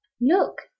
Look